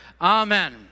Amen